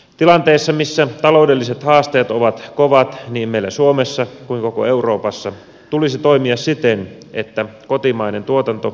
tilanteessa missä taloudelliset haasteet ovat kovat niin meillä suomessa kuin koko euroopassa tulisi toimia siten että kotimainen tuotanto pysyy voimissaan